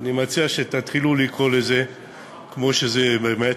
אני מציע שתתחילו לקרוא לזה כמו שזה באמת,